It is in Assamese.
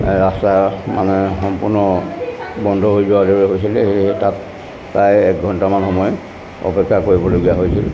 ৰাস্তা মানে সম্পূৰ্ণ বন্ধ হৈ যোৱাৰ দৰে হৈছিলে সেয়েহে তাত প্ৰায় এক ঘণ্টামান সময় অপেক্ষা কৰিবলগীয়া হৈছিল